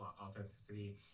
authenticity